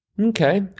okay